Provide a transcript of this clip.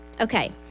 Okay